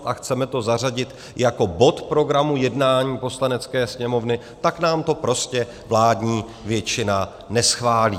A chcemeli to zařadit jako bod programu jednání Poslanecké sněmovny, tak nám to prostě vládní většina neschválí.